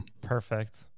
Perfect